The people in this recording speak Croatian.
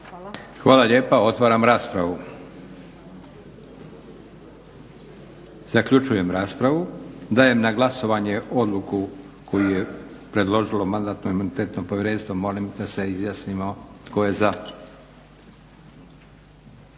Hvala lijepa. Otvaram raspravu. Zaključujem raspravu. Dajem na glasovanje odluku koju je predložilo Mandatno-imunitetno povjerenstvo. Molim da se izjasnimo tko je za?